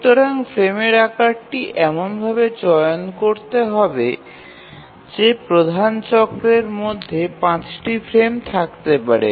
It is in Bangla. সুতরাং ফ্রেমের আকারটি এমনভাবে বেছে নিতে হবে যাতে প্রধান চক্রের মধ্যে পাঁচটি ফ্রেম থাকতে পারে